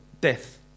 Death